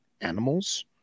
animals